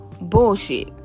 bullshit